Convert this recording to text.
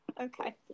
Okay